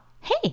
hey